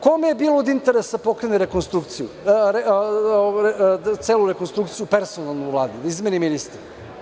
Kome je bilo od interesa da pokrene rekonstrukciju, celu rekonstrukciju, personalnu u Vladi, da izmeni ministre?